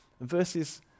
verses